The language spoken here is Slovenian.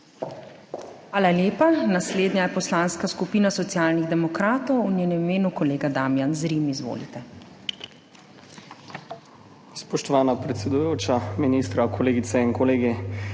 Hvala lepa. Naslednja je Poslanska skupina Socialnih demokratov, v njenem imenu kolega Damijan Zrim. Izvolite. DAMIJAN ZRIM (PS SD): Spoštovana predsedujoča, ministra, kolegice in kolegi!